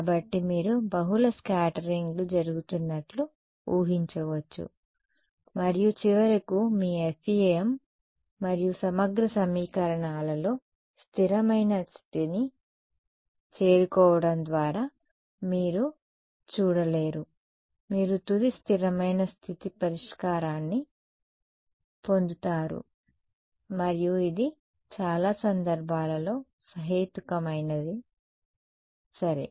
కాబట్టి మీరు బహుళ స్కాటరింగ్ లు జరుగుతున్నట్లు ఊహించవచ్చు మరియు చివరకు మీ FEM మరియు సమగ్ర సమీకరణాలలో స్థిరమైన స్థితిని చేరుకోవడం ద్వారా మీరు చూడలేరు మీరు తుది స్థిరమైన స్థితి పరిష్కారాన్ని పొందుతారు మరియు ఇది చాలా సందర్భాలలో సహేతుకమైనది సరే